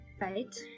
Right